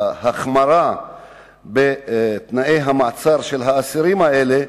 ההחמרה בתנאי המעצר של האסירים האלה,